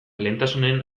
lehentasunen